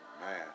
man